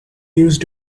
used